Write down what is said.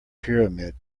pyramid